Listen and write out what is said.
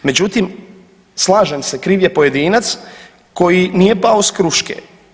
Međutim slažem se kriv je pojedinac koji nije pao s kruške.